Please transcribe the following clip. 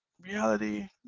reality